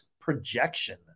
projection